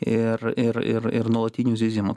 ir ir ir ir nuolatiniu zyzimu